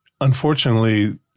unfortunately